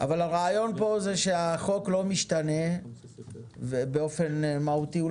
אבל הרעיון פה הוא שהחוק לא משתנה באופן מהותי.